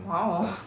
!wow!